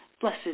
blessed